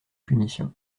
punitions